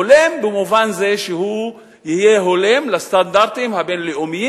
הולם במובן זה שהוא יהיה הולם את הסטנדרטים הבין-לאומיים,